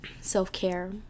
self-care